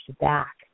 back